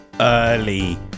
Early